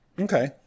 Okay